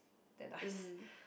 that nice